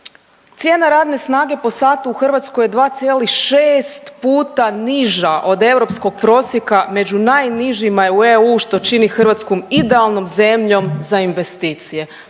„Cijena radne snage po satu u Hrvatskoj je 2,6 puta niža od europskog prosjeka, među najnižima je u EU što čini Hrvatsku idealnom zemljom za investicije.“